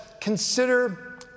Consider